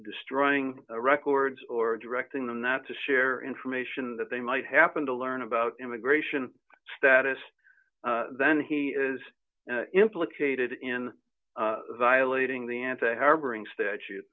destroying records or directing them not to share information that they might happen to learn about immigration status then he is implicated in violating the anti harboring statute